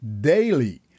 Daily